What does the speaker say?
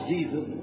Jesus